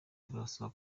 turasaba